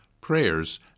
prayers